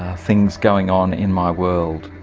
ah things going on in my world.